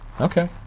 Okay